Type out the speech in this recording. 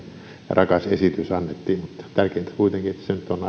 rakas esitys annettiin mutta tärkeintä kuitenkin